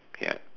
ya